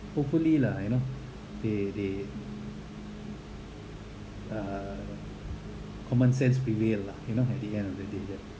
hopefully lah you know they they uh common sense prevail lah you know at the end of the day